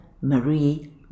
Marie